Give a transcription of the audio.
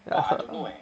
I heard lah